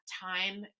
time